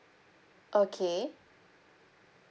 okay